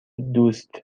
دوست